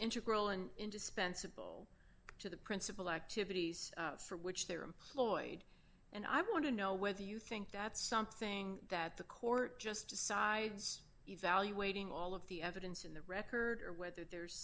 integral and indispensable to the principal activities for which they're employed and i want to know whether you think that's something that the court just decides evaluating all of the evidence in the record or whether there's